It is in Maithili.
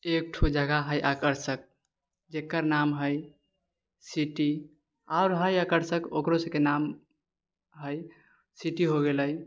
एकठो जगह हय आकर्षक जकर नाम हैय सिटी आओर हय आकर्षक ओकरो सभके नाम है सिटी हो गेलै